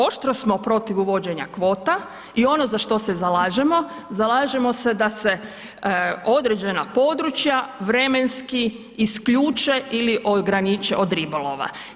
Oštro smo protiv uvođenja kvota i ono za što se zalažemo, zalažemo se da se određena područja vremenski isključe ili ograniče od ribolova.